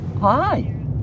Hi